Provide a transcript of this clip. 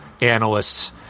analysts